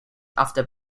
after